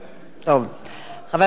חבר הכנסת ניצן הורוביץ,